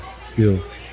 skills